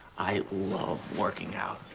i love working out.